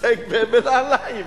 התעסק בנעליים.